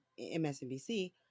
MSNBC